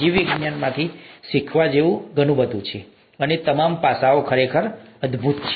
જીવવિજ્ઞાનમાંથી શીખવા જેવું ઘણું બધું છે અને આ તમામ પાસાઓ ખરેખર અદ્ભુત છે